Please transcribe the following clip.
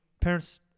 parents